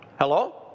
Hello